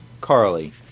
Carly